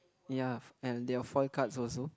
ya and they are foil cards also